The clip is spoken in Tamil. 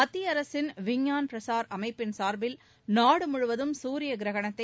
மத்திய அரசின் விஞ்ஞான் பிரசார் அமைப்பின் சார்பில் நாடுமுழுவதும் சூரிய கிரகணத்தை